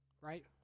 right